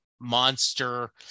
monster